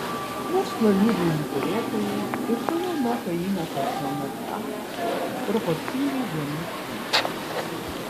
verslo liudijimų turėtojai ir toliau moka įmokas nuo mma proporcingai dienų skaičiui